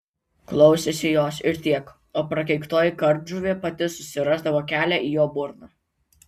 klausėsi jos ir tiek o prakeiktoji kardžuvė pati susirasdavo kelią į jo burną